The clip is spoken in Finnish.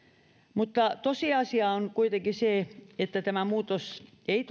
mutta tosiasia on kuitenkin se että tämä muutos ei